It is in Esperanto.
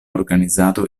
organizado